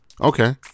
Okay